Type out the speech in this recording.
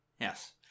Yes